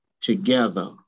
together